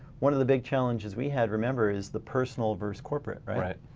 one of the big challenges we had remember is the personal versus corporate. right? right.